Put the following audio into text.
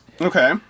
okay